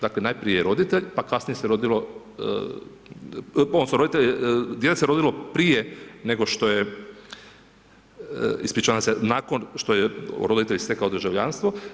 Dakle najprije roditelj, pa kasnije se rodilo, odnosno dijete se rodilo prije nego što je, ispričavam se nakon što je roditelj stekao državljanstvo.